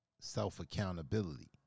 self-accountability